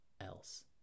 else